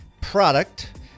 product